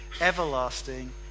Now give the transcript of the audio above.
everlasting